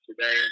today